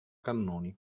cannoni